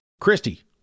Christy